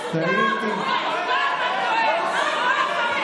אז הוא טעה, קורה.